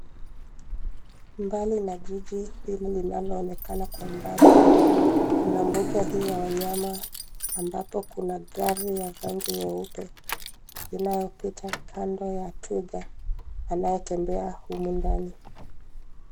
Mbali na jiji hili linaloonekana kwa umbali, kuna mbunga hii ya wanyama, ambapo kuna gari ya rangi nyeupe, inayopita kando ya twiga, anayetembea humu ndani.